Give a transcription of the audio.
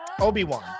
Obi-Wan